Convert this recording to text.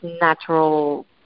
natural